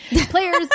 players